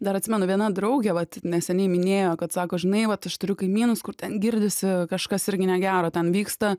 dar atsimenu viena draugė vat neseniai minėjo kad sako žinai vat aš turiu kaimynus kur ten girdisi kažkas irgi negero ten vyksta